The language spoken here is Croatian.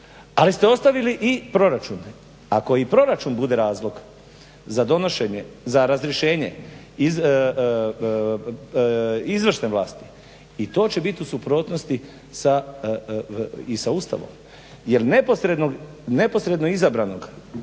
ali ste ostavili i proračun. Ako i proračun bude razlog za donošenje, za razrješenje izvršne vlasti i to će biti u suprotnosti i sa Ustavom jer neposredno izabranog